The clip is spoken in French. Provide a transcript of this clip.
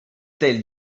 tel